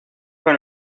con